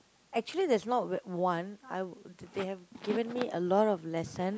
actually there's not w~ one I they have given me a lot of lesson